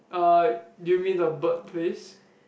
uh do you mean the bird place